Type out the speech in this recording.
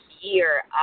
year